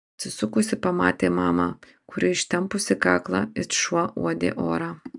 atsisukusi pamatė mamą kuri ištempusi kaklą it šuo uodė orą